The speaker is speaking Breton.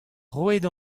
roit